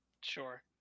sure